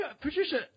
Patricia